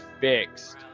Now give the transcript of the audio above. fixed